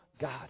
God